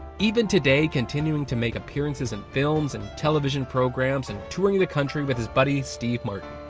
even today continuing to make appearances in films and televsion programs and touring the country with his buddy, steve martin.